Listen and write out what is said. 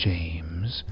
James